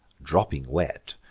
dropping wet,